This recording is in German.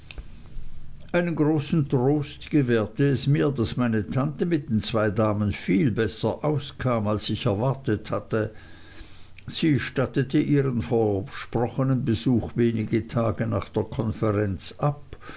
einen großen trost gewährte es mir daß meine tante mit den zwei damen viel besser auskam als ich erwartet hatte sie stattete ihren versprochenen besuch wenige tage nach der konferenz ab